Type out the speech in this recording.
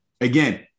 Again